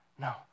no